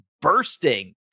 bursting